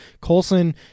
Colson